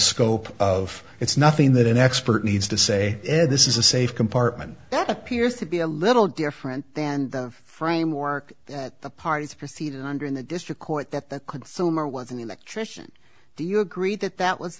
scope of it's nothing that an expert needs to say this is a safe compartment that appears to be a little different than the framework that the party is proceeding under in the district court that the consumer was an electrician do you agree that that was